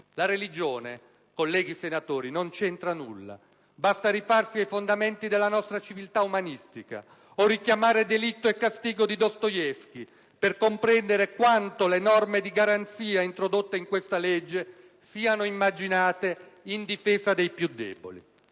La religione, colleghi senatori, non c'entra nulla. Basta rifarsi ai fondamenti della nostra civiltà umanistica, o richiamare «Delitto e castigo» di Dostoevskij, per comprendere quanto le norme di garanzia introdotte in questa legge siano immaginate in difesa dei più deboli.